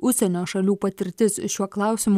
užsienio šalių patirtis šiuo klausimu